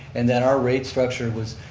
and that our rate structure was,